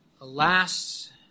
Alas